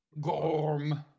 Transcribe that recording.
Gorm